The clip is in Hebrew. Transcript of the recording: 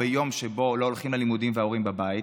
ביום שבו לא הולכים ללימודים וההורים בבית,